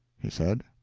he said.